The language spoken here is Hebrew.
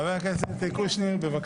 חבר הכנסת קושניר, בבקשה.